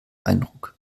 eindruck